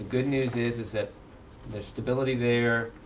good news is, is that there's stability there,